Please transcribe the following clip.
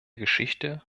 geschichte